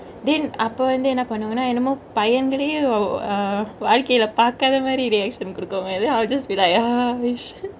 then அப்ப வந்து என்ன பன்னுங்குனா என்னமோ பையனுங்கலேயே:appe vanthu enna pannuguna ennamo paiyanugaleye err வாழ்க்கைல பாக்காத மாரி:vazhkaile paakathe maari reaction குடுக்கும்பாரு:kudukumpaaru I'll just be like !hais!